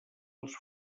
els